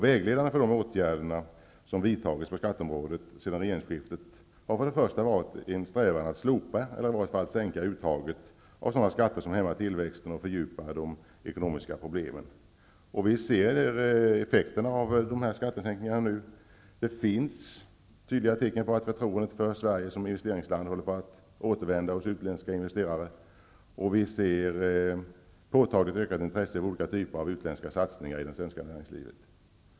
Vägledande för de åtgärder som vidtagits på skatteområdet sedan regeringsskiftet har först och främst varit en strävan att slopa eller i varje fall sänka uttaget av sådana skatter som hämmar tillväxten och fördjupar de ekonomiska problemen. Vi ser effekterna av de skattesänkningarna nu. Det finns tydliga tecken på att förtroendet för Sverige som investeringsland håller på att återvända hos utländska investerare. Vi ser ett påtagligt ökat intresse för olika typer av satsningar i det svenska näringslivet.